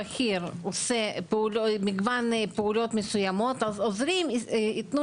הרופא הבכיר עושה מגוון פעולות מסוימות והעוזרים ייתנו